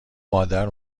مادر